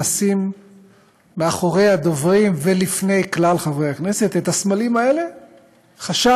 לשים מאחורי הדוברים ולפני כלל חברי הכנסת את הסמלים האלה חשב